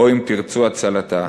או אם תרצו, הצלתה.